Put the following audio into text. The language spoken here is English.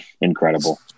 incredible